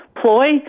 ploy